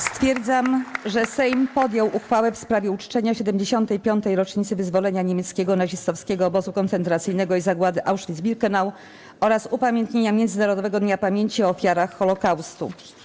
Stwierdzam, że Sejm podjął uchwałę w sprawie uczczenia 75. rocznicy wyzwolenia niemieckiego nazistowskiego obozu koncentracyjnego i zagłady Auschwitz-Birkenau oraz upamiętnienia Międzynarodowego Dnia Pamięci o Ofiarach Holocaustu.